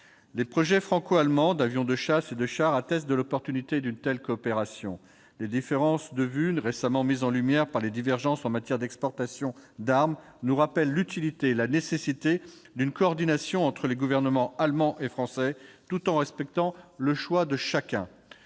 Les projets franco-allemands d'avion de chasse et de char attestent de l'opportunité d'une telle coopération. Les différences de vues, récemment mises en lumière par les divergences en matière d'exportation d'armes, nous rappellent l'utilité et la nécessité d'une coordination entre les gouvernements allemand et français tout en respectant le choix de chacun.